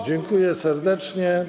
Dziękuję serdecznie.